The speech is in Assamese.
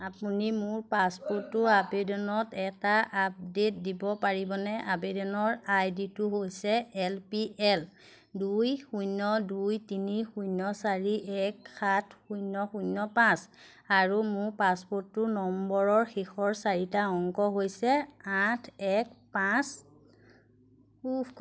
আপুনি মোৰ পাছপৰ্ট আবেদনত এটা আপডেট দিব পাৰিবনে আবেদনৰ আই ডিটো হৈছে এল পি এল দুই শূন্য দুই তিনি শূন্য চাৰি এক সাত শূন্য শূন্য পাঁচ আৰু মোৰ পাছপৰ্ট নম্বৰৰ শেষৰ চাৰিটা অংক হৈ আঠ এক পাঁচ